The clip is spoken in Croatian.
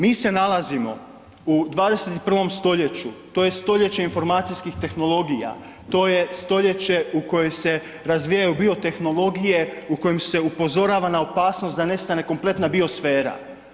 Mi se nalazimo u 21. stoljeću, to je stoljeće informacijskih tehnologija, to je stoljeće u kojem se razvijaju biotehnologije, u kojem se upozorava na opasnost da nestane kompletna biosfera.